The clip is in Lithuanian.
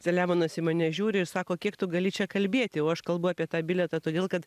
selemonas į mane žiūri ir sako kiek tu gali čia kalbėti o aš kalbu apie tą bilietą todėl kad